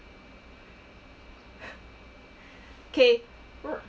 K